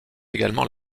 également